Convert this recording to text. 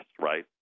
right